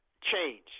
change